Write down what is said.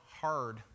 hard